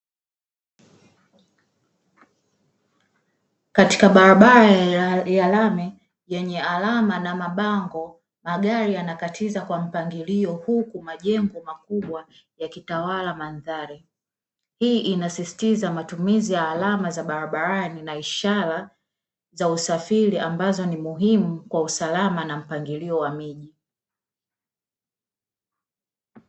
Katika barabara ya lami yenye alama na mabango magari yanakatiza kwa mpangilio huku majengo makubwa yakitawala mandhari. Hii inasisitiza matumizi ya alama za barabarani na ishara za usafiri ambazo ni muhimu kwa usalama na mpangilio wa miji.